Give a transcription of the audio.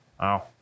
wow